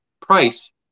price